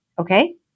Okay